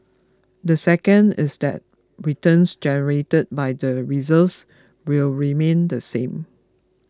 the second is that returns generated by the reserves will remain the same